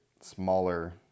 smaller